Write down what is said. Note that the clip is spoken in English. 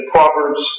Proverbs